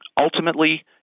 Ultimately